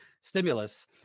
stimulus